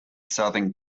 southern